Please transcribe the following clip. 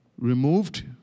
removed